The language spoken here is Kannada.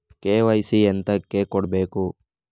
ಕೆ.ವೈ.ಸಿ ಎಂತಕೆ ಕೊಡ್ಬೇಕು?